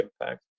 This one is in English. impact